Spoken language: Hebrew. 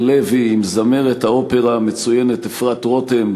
לוי וזמרת האופרה המצוינת אפרת רותם,